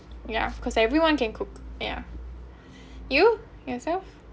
ya because everyone can cook ya you yourself